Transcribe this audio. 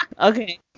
Okay